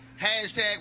#Hashtag